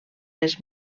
les